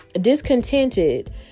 discontented